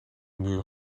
muur